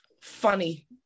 funny